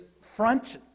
front